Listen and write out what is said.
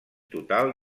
total